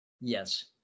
Yes